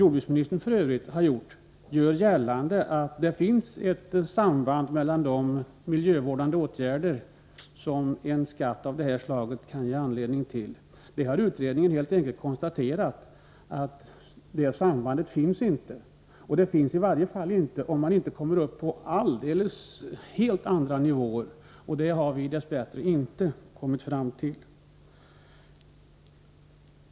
jordbruksministern, gjort gällande att det finns ett samband med de miljövårdande åtgärder som en skatt av detta slag kan ge anledning till vill jag gärna säga att utredningen helt enkelt har konstaterat att det sambandet inte finns. Det finns i varje fall inte, om man inte når upp till helt andra nivåer, och dit har vi dess bättre inte kommit.